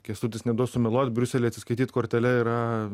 kęstutis neduos sumeluot briuselyje atsiskaityti kortele yra